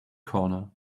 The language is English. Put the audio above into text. corner